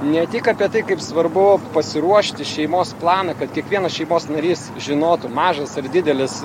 ne tik apie tai kaip svarbu pasiruošti šeimos planą kad kiekvienas šeimos narys žinotų mažas ar didelis